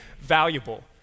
valuable